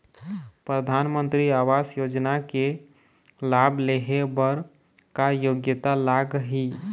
परधानमंतरी आवास योजना के लाभ ले हे बर का योग्यता लाग ही?